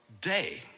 day